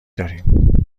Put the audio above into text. داریم